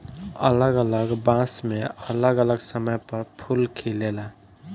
अलग अलग बांस मे अलग अलग समय पर फूल खिलेला